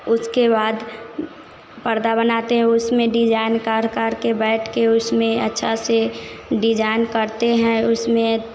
उसके बाद परदा बनाते हैं उसमें डिजाईन काढ़ काढ़कर बैठकर उसमें अच्छे से डिजाईन काटते हैं उसमें